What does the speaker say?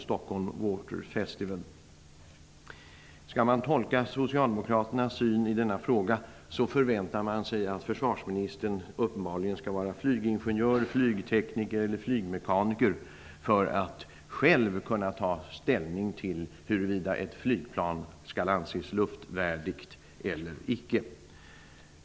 Skall man tolka socialdemokraternas syn på denna fråga förväntar de sig att försvarsministern uppenbarligen skall vara flygingenjör, flygtekniker och flygmekaniker för att själv kunna ta ställning till huruvida ett flygplan skall anses luftvärdigt eller icke.